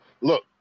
Look